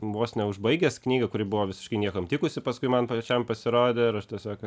vos neužbaigęs knygą kuri buvo visiškai niekam tikusi paskui man pačiam pasirodė ir aš tiesiog